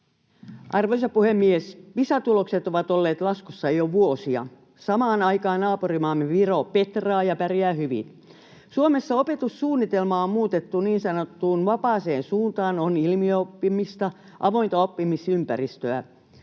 Arvoisa puhemies! Pisa-tulokset ovat olleet laskussa jo vuosia. Samaan aikaan naapurimaamme Viro petraa ja pärjää hyvin. Suomessa opetussuunnitelmaa on muutettu niin sanottuun vapaaseen suuntaan: on ilmiöoppimista, avointa oppimisympäristöä.